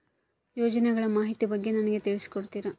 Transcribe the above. ಯೋಜನೆಗಳ ಮಾಹಿತಿ ಬಗ್ಗೆ ನನಗೆ ತಿಳಿಸಿ ಕೊಡ್ತೇರಾ?